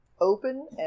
open